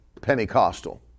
Pentecostal